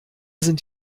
sind